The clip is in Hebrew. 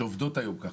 שעובדות היום כך.